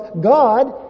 God